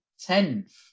tenth